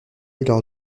leur